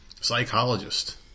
psychologist